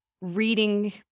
reading